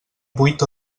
vuit